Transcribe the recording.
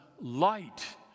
light